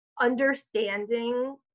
understanding